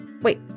Wait